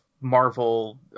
Marvel